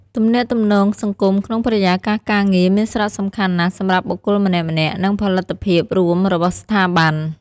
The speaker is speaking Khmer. ទំនាក់ទំនងសង្គមក្នុងបរិយាកាសការងារមានសារៈសំខាន់ណាស់សម្រាប់បុគ្គលម្នាក់ៗ និងផលិតភាពរួមរបស់ស្ថាប័ន។